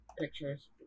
pictures